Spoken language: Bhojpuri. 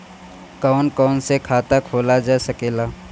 कौन कौन से खाता खोला जा सके ला?